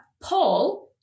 Paul